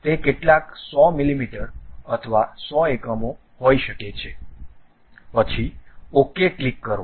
તે કેટલાક 100 મીમી અથવા 100 એકમો હોઈ શકે છે પછી OK ક્લિક કરો